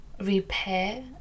repair